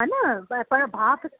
हा न प पर भाप